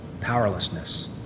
powerlessness